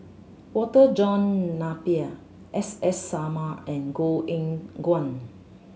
Walter John Napier S S Sarma and Eng Guan